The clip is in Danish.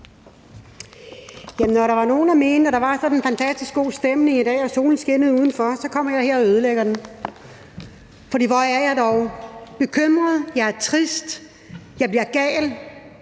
der var nogle, der mente, at der var sådan en fantastisk god stemning og solen skinnede udenfor – og så kommer jeg her og ødelægger den, for hvor er jeg dog bekymret. Jeg er trist, jeg bliver gal,